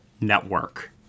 network